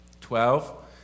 twelve